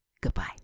goodbye